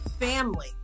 family